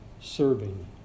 serving